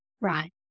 Right